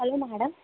hello madam